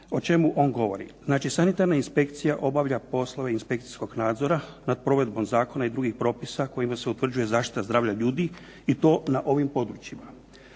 O čemu on govori. Znači, sanitarna inspekcija obavlja poslove inspekcijskog nadzora nad provedbom zakona i drugih propisa kojima se utvrđuje zaštita zdravlja ljudi i to na ovim područjima.